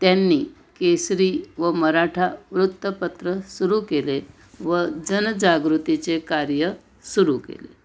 त्यांनी केसरी व मराठा वृत्तपत्र सुरू केले व जनजागृतीचे कार्य सुरू केले